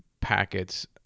packets